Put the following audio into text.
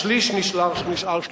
השליש נשאר שליש.